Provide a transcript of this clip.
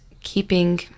keeping